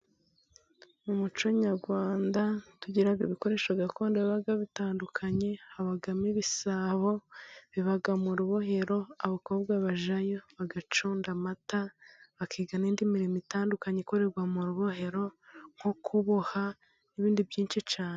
Mu muco nyarwanda tugira ibikoresho gakondo biba bitandukanye, habamo ibisabo biba mu rubohero; abakobwa bajyayo bagacunda amata, bakiga n'indi mirimo itandukanye ikorerwa mu rubohero nko kuboha, n'ibindi byinshi cyane.